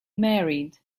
married